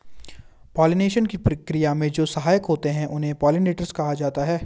pollination की क्रिया में जो सहायक होते हैं उन्हें पोलिनेटर्स कहा जाता है